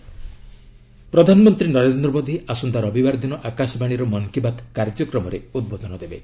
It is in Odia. ମନ୍ କୀ ବାତ୍ ପ୍ରଧାନମନ୍ତ୍ରୀ ନରେନ୍ଦ୍ ମୋଦୀ ଆସନ୍ତା ରବିବାର ଦିନ ଆକାଶବାଣୀର ମନ୍ କୀ ବାତ୍ କାର୍ଯ୍ୟକ୍ମରେ ଉଦ୍ବୋଧନ ଦେବେ